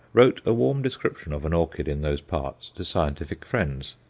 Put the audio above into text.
wrote a warm description of an orchid in those parts to scientific friends.